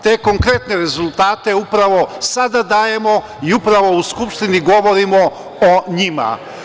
Te konkretne rezultate upravo sada dajemo i upravo u Skupštini govorimo o njima.